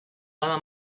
bada